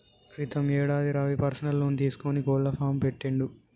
క్రితం యేడాది Ravi personal loan తీసుకొని కోళ్ల ఫాం పెట్టిండు